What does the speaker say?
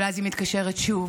אבל אז היא מתקשרת שוב,